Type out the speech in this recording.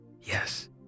yes